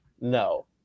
No